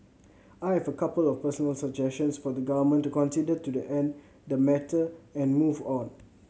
I have a couple of personal suggestions for the Government to consider to the end the matter and move on